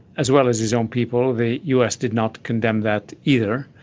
as well as his own people, the us did not condemn that either.